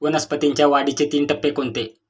वनस्पतींच्या वाढीचे तीन टप्पे कोणते?